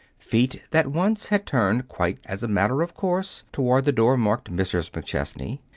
feet that once had turned quite as a matter of course toward the door marked mrs. mcchesney,